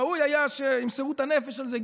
ראוי היה שימסרו את הנפש על זה,